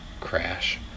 Crash